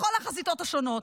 בכל החזיתות השונות.